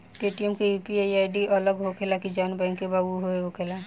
Paytm के UPI ID अलग होखेला की जाऊन बैंक के बा उहे होखेला?